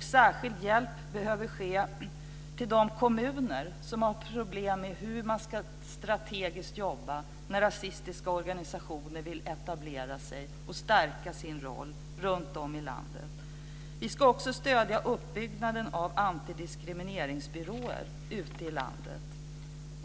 Särskild hjälp behöver ges till de kommuner som har problem med hur man strategiskt ska jobba när rasistiska organisationer vill etablera sig och stärka sin roll runt om i landet. Vi ska också stödja uppbyggnaden av antidiskrimineringsbyråer ute i landet.